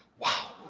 wow,